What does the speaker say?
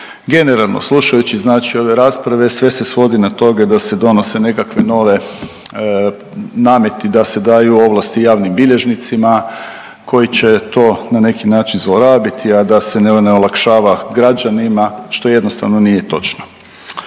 Generalno slušajući znači ove rasprave sve se svodi na to da se donose nekakve nove nameti, da se daju ovlasti javnim bilježnicima koji će to na neki način zlorabiti, a da se ne olakšava građanima, što jednostavno nije točno.